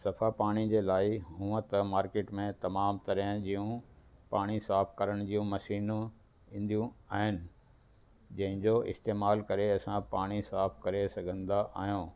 सफ़ा पाणी जे लाइ हुअ त मार्केट में तमामु तरह जूं पाणी साफ़ करण जूं मशीनूं ईंदियूं आहिनि जंहिंजो इस्तेमालु करे असां पाणी साफ़ करे सघंदा आहियूं